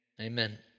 amen